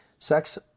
Sex